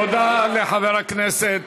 תודה לחבר הכנסת